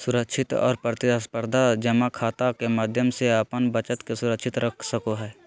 सुरक्षित और प्रतिस्परधा जमा खाता के माध्यम से अपन बचत के सुरक्षित रख सको हइ